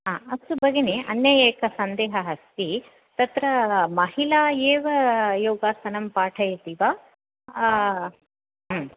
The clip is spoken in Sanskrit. हा अस्तु भगिनी अन्यः एकः सन्देहः अस्ति तत्र महिला एव योगासनं पाठयति वा